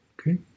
Okay